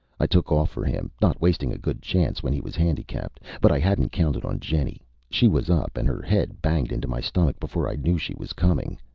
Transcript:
i took off for him, not wasting a good chance when he was handicapped. but i hadn't counted on jenny. she was up, and her head banged into my stomach before i knew she was coming.